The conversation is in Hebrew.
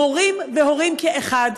מורים והורים כאחד,